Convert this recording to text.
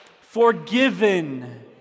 Forgiven